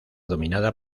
dominada